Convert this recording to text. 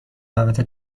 دعوت